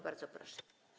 Bardzo proszę.